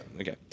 Okay